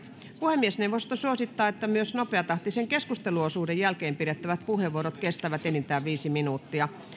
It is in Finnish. puhemiesneuvosto suosittaa että myös nopeatahtisen keskusteluosuuden jälkeen pidettävät puheenvuorot kestävät enintään viisi minuuttia